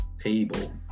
table